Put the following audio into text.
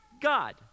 God